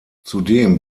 zudem